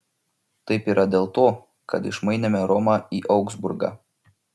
taip yra dėl to kad išmainėme romą į augsburgą